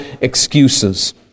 excuses